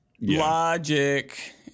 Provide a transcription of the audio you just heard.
logic